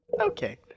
Okay